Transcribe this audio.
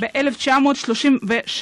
ב-1936